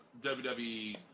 WWE